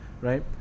right